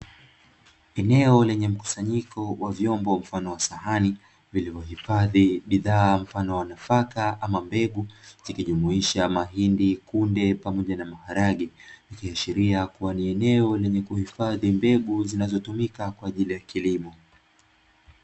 Eneo lenye mkusanyiko wa vyombo mfano wa sahani, vilivyohifadhi bidhaa mfano wa nafaka ama mbegu; zikijumuisha mahindi, kunde pamoja na maharage, ikiashiria kuwa ni eneo lenye kuhifadhi mbegu zinazotumika kwa ajili ya kilimo.